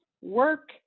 work